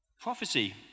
prophecy